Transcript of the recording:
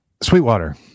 Sweetwater